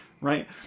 right